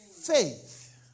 faith